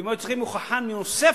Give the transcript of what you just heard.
ואם היו צריכים הוכחה נוספת